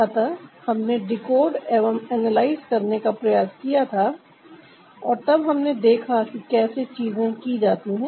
अतः हमने डिकोड एवम एनालाइज करने का प्रयास किया था और तब हमने देखा कि कैसे चीजें की जाती हैं